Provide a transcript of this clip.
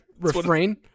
refrain